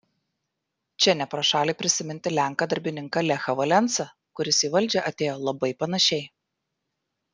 čia ne pro šalį prisiminti lenką darbininką lechą valensą kuris į valdžią atėjo labai panašiai